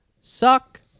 Suck